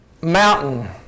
mountain